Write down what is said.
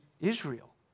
Israel